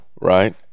Right